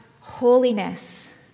holiness